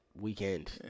Weekend